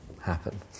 happen